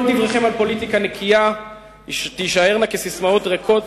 כל דבריכם על פוליטיקה נקייה יישארו כססמאות ריקות